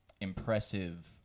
impressive